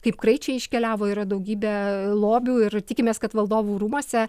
kaip kraičiai iškeliavo yra daugybė lobių ir tikimės kad valdovų rūmuose